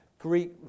Greek